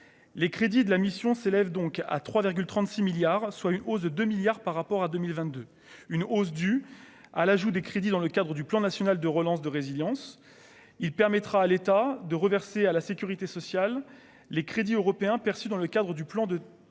les crédits de la mission s'élève donc à 3,36 milliards, soit une hausse de 2 milliards par rapport à 2022, une hausse due à l'ajout des crédits dans le cadre du plan national de relance de résilience, il permettra à l'État de reverser à la sécurité sociale, les crédits européens perçu dans le cadre du plan de au titre